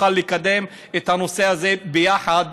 נוכל לקדם את הנושא הזה ביחד.